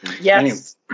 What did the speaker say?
Yes